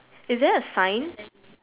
is there a sign